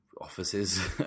offices